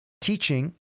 teaching